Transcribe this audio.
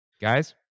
guys